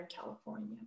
California